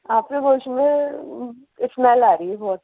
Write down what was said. آپ کے گوشت میں اسمل آ رہی ہے بہت